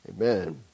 Amen